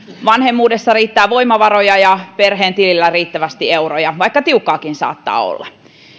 vanhemmuudessa riittää voimavaroja ja perheen tilillä on riittävästi euroja vaikka tiukkaakin saattaa olla